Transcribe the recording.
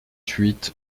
huit